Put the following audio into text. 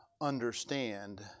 understand